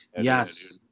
Yes